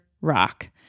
rock